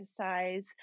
exercise